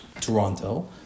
Toronto